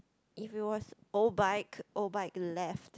if it was oBike oBike left